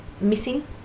missing